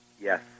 Yes